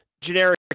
generic